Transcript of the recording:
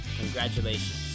Congratulations